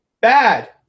Bad